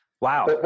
wow